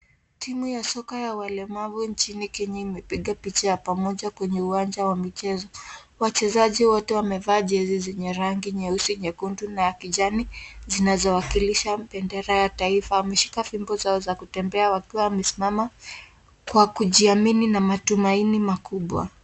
Timu ya soka ya walemavu nchini Kenya imepiga picha ya pamoja kwenye uwanja wa michezo. Wachezaji wote wamevaa jezi zenye rangi nyeusi, nyekundu , na kijani zinazowakilisha bendera ya taifa. Wameshika fimbo zao za kutembea wakiwa wamesimama kwa kujiamini na matumaini makubwa.